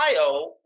Ohio